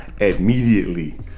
immediately